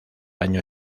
año